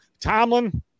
Tomlin